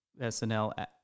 snl